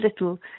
little